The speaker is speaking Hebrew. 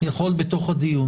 יכול בתוך הדיון